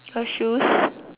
her shoes